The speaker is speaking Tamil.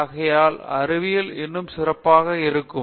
ஆகையால் அறிவியல் இன்னும் சிறப்பாக இருக்கும்